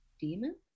demons